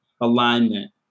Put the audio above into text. alignment